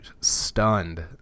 stunned